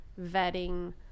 vetting